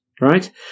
right